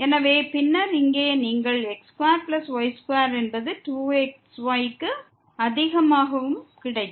எனவே பின்னர் இங்கே x2y2 என்பது 2xy க்கும் அதிகமாகவும் கிடைக்கும்